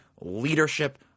leadership